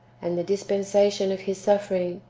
and the dispensation of his suffering,